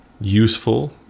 useful